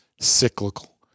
Cyclical